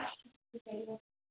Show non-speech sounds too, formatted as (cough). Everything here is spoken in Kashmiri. (unintelligible)